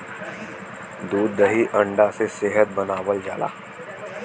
दूध दही अंडा से सेहत बनावल जाला